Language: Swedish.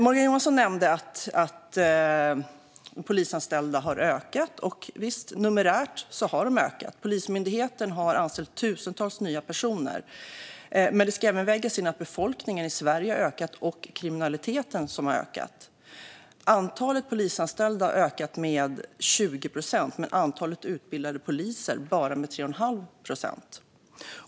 Morgan Johansson nämnde att antalet polisanställda har ökat, och visst, numerärt har de ökat. Polismyndigheten har anställt tusentals nya personer, men det ska även vägas in att befolkningen i Sverige har ökat och att kriminaliteten har ökat. Antalet polisanställda har ökat med 20 procent, men antalet utbildade poliser har bara ökat med 3 1⁄2 procent.